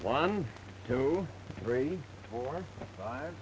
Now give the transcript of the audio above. one two three four five